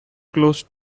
close